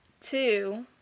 two